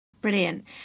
Brilliant